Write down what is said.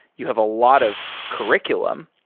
you have a lot of curr iculum.